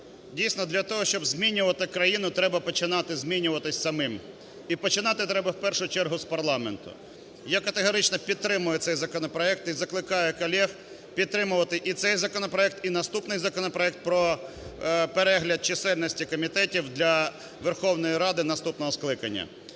Дійсно, для того, щоб змінювати країну треба починати змінюватись самим і починати треба, в першу чергу, з парламенту. Я категорично підтримую цей законопроект і закликаю колег підтримувати і цей законопроект, і наступний законопроект про перегляд чисельності комітетів для Верховної Ради наступного скликання.